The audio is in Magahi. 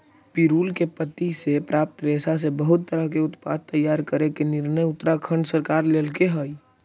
पिरुल के पत्ति से प्राप्त रेशा से बहुत तरह के उत्पाद तैयार करे के निर्णय उत्तराखण्ड सरकार लेल्के हई